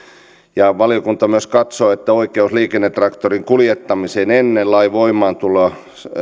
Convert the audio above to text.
valiokunta myös katsoo että oikeuden liikennetraktorin kuljettamiseen ennen lain voimaantuloa